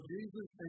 Jesus